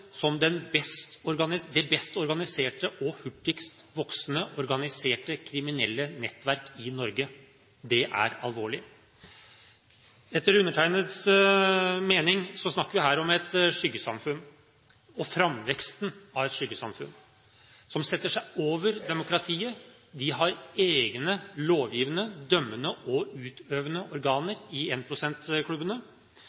om den ene prosenten som Kripos omtaler som det best organiserte og hurtigst voksende organiserte kriminelle nettverk i Norge. Det er alvorlig. Etter undertegnedes mening snakker vi her om et skyggesamfunn, om framveksten av et skyggesamfunn som setter seg over demokratiet. De har egne lovgivende, dømmende og utøvende organer